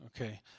okay